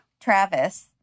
Travis